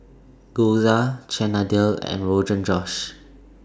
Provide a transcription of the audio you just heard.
Gyoza Chana Dal and Rogan Josh